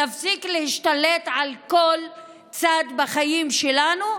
תפסיק להשתלט על כל צד בחיים שלנו,